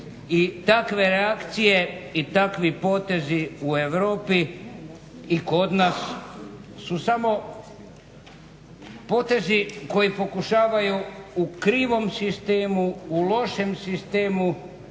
takve reakcije i takvi potezi u Europi i kod nas su samo potezi koji pokušavaju u krivom sistemu, u lošem sistemu